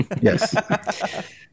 Yes